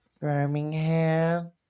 Birmingham